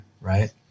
right